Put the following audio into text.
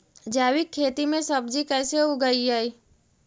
जैविक खेती में सब्जी कैसे उगइअई?